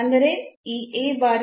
ಅಂದರೆ ಈ A ಬಾರಿ